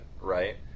right